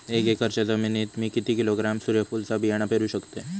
एक एकरच्या जमिनीत मी किती किलोग्रॅम सूर्यफुलचा बियाणा पेरु शकतय?